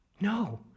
no